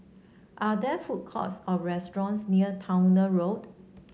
are there food courts or restaurants near Towner Road